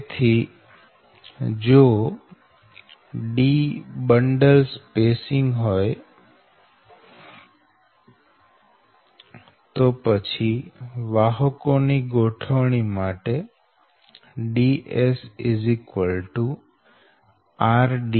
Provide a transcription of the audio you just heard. તેથી જો D bundle spacing હોય તો પછી 2 વાહકો ની ગોઠવણી માટે Ds r